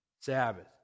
Sabbath